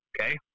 Okay